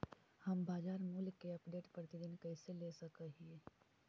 हम बाजार मूल्य के अपडेट, प्रतिदिन कैसे ले सक हिय?